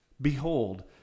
Behold